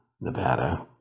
Nevada